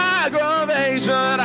aggravation